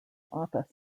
office